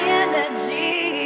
energy